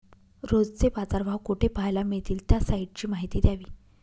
रोजचे बाजारभाव कोठे पहायला मिळतील? त्या साईटची माहिती द्यावी